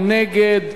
מי נגד?